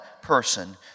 person